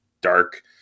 dark